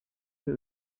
who